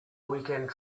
weekend